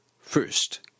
First